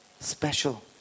Special